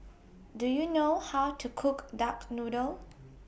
Do YOU know How to Cook Duck Noodle